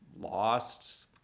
lost